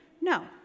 No